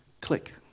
Click